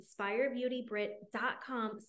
inspirebeautybrit.com